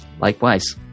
Likewise